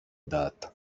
data